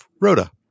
Rhoda